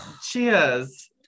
cheers